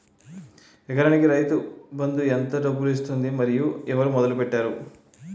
ఎకరానికి రైతు బందు ఎంత డబ్బులు ఇస్తుంది? మరియు ఎవరు మొదల పెట్టారు?